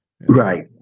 right